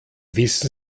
wissen